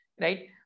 right